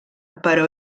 però